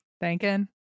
thanking